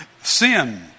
sin